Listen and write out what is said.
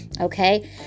Okay